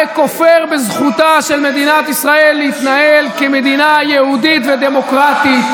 אתה הרי כופר בזכותה של מדינת ישראל להתנהל כמדינה יהודית ודמוקרטית.